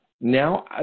now